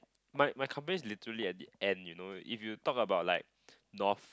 my my company is literally at the end you know if you talk about like north